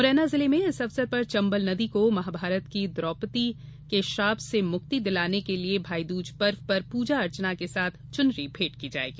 मुरैना जिले में इस अवसर पर चंबल नदी को महाभारत की द्रोपदी के श्राप से मुक्ति दिलाने के लिये भाईदूज पर्व पर पूजा अर्चना के साथ चुनरी भेट की जाएगी